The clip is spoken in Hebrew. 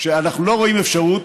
שאנחנו לא רואים אפשרות,